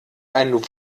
ein